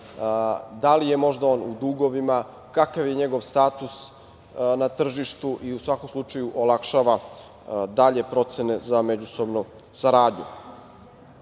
da li je možda on u dugovima, kakav je njegov status na tržištu i u svakom slučaju olakšava dalje procene za međusobnu saradnju. Na